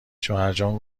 شوهرجان